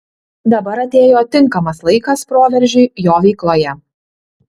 dabar atėjo tinkamas laikas proveržiui jo veikloje